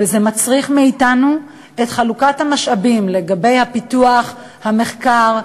וזה מצריך מאתנו חלוקת משאבים לפיתוח, למחקר,